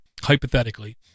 hypothetically